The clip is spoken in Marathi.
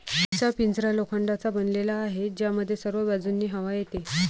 जीचा पिंजरा लोखंडाचा बनलेला आहे, ज्यामध्ये सर्व बाजूंनी हवा येते